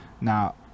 Now